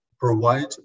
provide